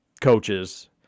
coaches